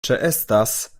ĉeestas